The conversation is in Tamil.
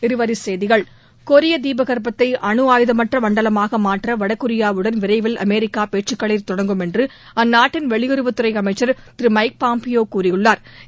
இருவரி செய்திகள் கொிய தீபகற்பத்தை அனு ஆயுதமற்ற மண்டலமாக மாற்ற வடகொரியாவுடன் விரைவில் அமெரிக்கா தொடங்கும் என்று அந்நாட்டின் வெளியுறவுத் துறை அமைச்சர் திரு மைக் பாம்பியோ பேச்சுக்களை கூறியுள்ளா்